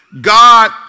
God